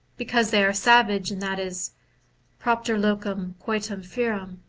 because they are savage, and that is propter locum coitum ferum.